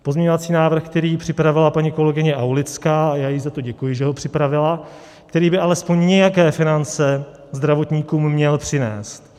Pozměňovací návrh, který připravila paní kolegyně Aulická, a já jí za to děkuju, že ho připravila, který by alespoň nějaké finance zdravotníkům měl přinést.